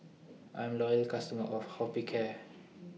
I'm A Loyal customer of Hospicare